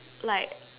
like